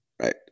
right